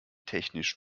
technisch